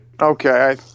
Okay